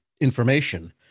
information